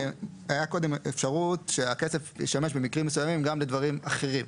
הייתה קודם אפשרות שהכסף ישמש במקרים מסוימים גם לדברים אחרים.